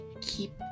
keep